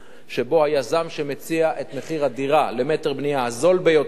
שבו היזם שמציע את מחיר מטר הבנייה הזול ביותר לדירה,